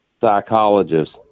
psychologist